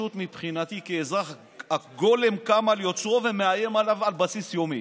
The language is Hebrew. מבחינתי כאזרח הגולם קם על יוצרו ומאיים עליו על בסיס יומי.